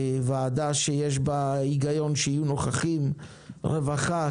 ועדה שיש בה היגיון שיהיו נוכחים רווחה,